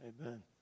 Amen